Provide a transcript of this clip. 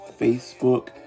Facebook